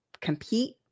compete